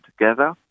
together